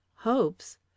hopes